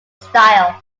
style